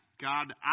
God